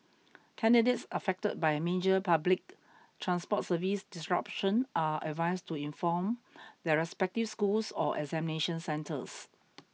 candidates affected by major public transport service disruption are advised to inform their respective schools or examination centres